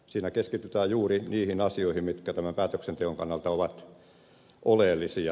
siinä keskitytään juuri niihin asioihin mitkä tämän päätöksenteon kannalta ovat oleellisia